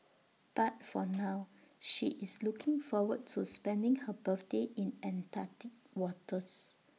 but for now she is looking forward to spending her birthday in Antarctic waters